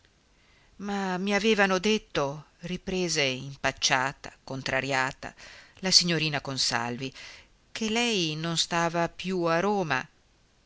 ma mi avevano detto riprese impacciata contrariata la signorina consalvi che lei non stava più a roma